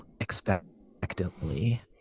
expectantly